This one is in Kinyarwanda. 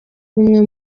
ubumwe